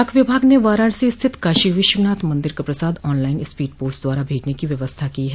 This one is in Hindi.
डाक विभाग ने वाराणसी स्थित काशी विश्वनाथ मन्दिर का प्रसाद ऑन लाइन स्पीड पोस्ट द्वारा भेजने की व्यवस्था की है